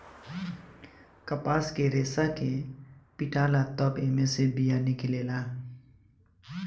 कपास के रेसा के पीटाला तब एमे से बिया निकलेला